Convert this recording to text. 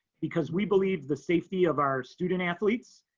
because we believe the safety of our student athletes,